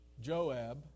Joab